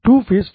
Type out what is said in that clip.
नमस्कार